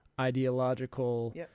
ideological